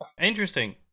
Interesting